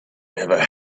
never